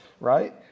right